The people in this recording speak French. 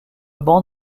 ban